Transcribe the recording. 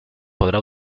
podrá